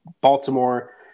Baltimore